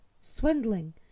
swindling